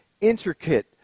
intricate